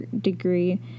degree